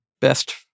best